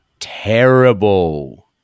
terrible